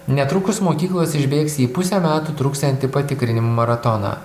netrukus mokyklos išbėgs į pusę metų truksiantį patikrinimų maratoną